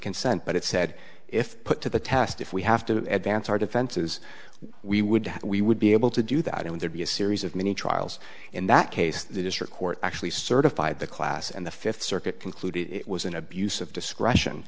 consent but it said if put to the test if we have to advance our defenses we would we would be able to do that and there'd be a series of mini trials in that case the district court actually certified the class and the fifth circuit concluded it was an abuse of discretion